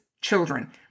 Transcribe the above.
children